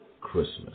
Christmas